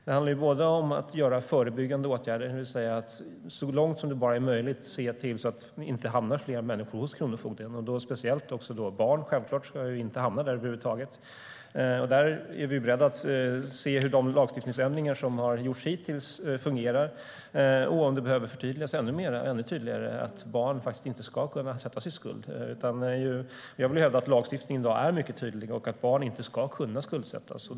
Det gäller att vidta förebyggande åtgärder, det vill säga att så långt som det bara är möjligt se till att det inte hamnar fler människor hos kronofogden. Det gäller självklart speciellt barn, som inte ska hamna där över huvud taget. Vi är beredda att se hur de lagstiftningsändringar som har gjorts hittills fungerar och om det behöver förtydligas ännu mer att barn inte ska kunna sättas i skuld. Jag vill hävda att lagstiftningen i dag är mycket tydlig och att barn inte ska kunna skuldsättas.